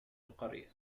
القرية